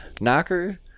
Knocker